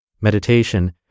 Meditation